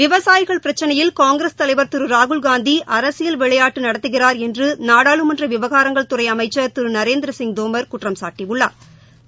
விவசாயிகள் பிரச்சினையில் காங்கிரஸ் தலைவர் திருராகுல்காந்திஅரசியல் விளையாட்டுநடத்துகிறார் என்றுநாடாளுமன்றவிவகாரங்கள் துறைஅமைச்சா் திருநரேந்திரசிங் தோமா் குற்றம்சாட்டியுள்ளாா்